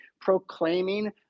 proclaiming